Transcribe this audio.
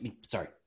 sorry